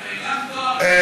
גם יותר יפה, גם תואר ראשון.